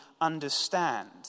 understand